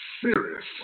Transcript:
serious